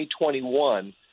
2021